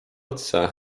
otsa